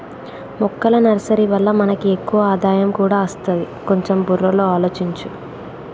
మొక్కల నర్సరీ వల్ల మనకి ఎక్కువ ఆదాయం కూడా అస్తది, కొంచెం బుర్రలో ఆలోచించు